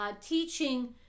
teaching